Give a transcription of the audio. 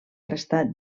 restar